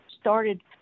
started